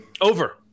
Over